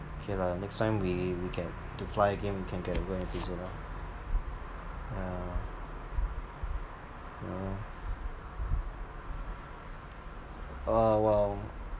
K lah next time we we can to fly again we can get ago and visit her yeah yeah oh !wow!